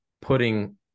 putting